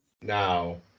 Now